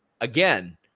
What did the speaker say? Again